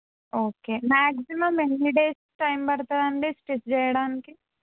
okay maximum ఎన్ని days time పడుతుందండి స్ట్రిచ్ చేయడానికి